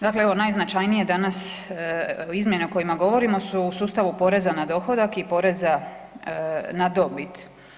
Dakle, evo najznačajnije danas izmjene o kojima govorimo su u sustavu poreza na dohodak i poreza na dobit.